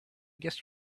guess